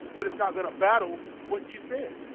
but it's not going to battle what you said